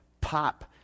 pop